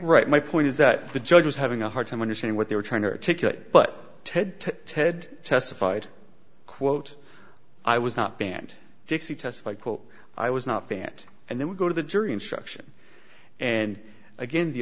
right my point is that the judge was having a hard time understanding what they were trying to articulate but ted ted testified quote i was not banned dixie testified quote i was not banned and then we go to the jury instruction and again the